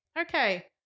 Okay